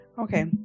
Okay